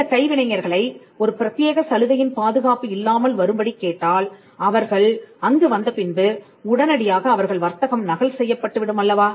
இந்தக் கைவினைஞர்களை ஒரு பிரத்தியேக சலுகையின் பாதுகாப்பு இல்லாமல் வரும்படி கேட்டால் அவர்கள் அங்கு வந்த பின்பு உடனடியாக அவர்கள் வர்த்தகம் நகல் செய்யப்பட்டுவிடும் அல்லவா